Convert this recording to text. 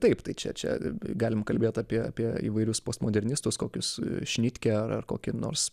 taip tai čia čia galime kalbėti apie apie įvairius postmodernistus kokius šnitkę ar ar kokį nors